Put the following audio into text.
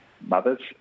mothers